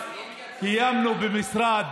במשרד